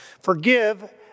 Forgive